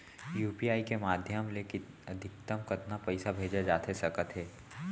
UPI के माधयम ले अधिकतम कतका पइसा भेजे जाथे सकत हे?